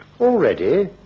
Already